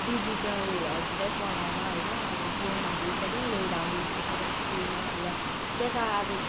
डिजिटलहरूतिरै पढाएर होइन अब फोनहरू पनि ल्याउँदा हुन्छ त्यता स्कुलमा र त्यता अब